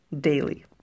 daily